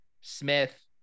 Smith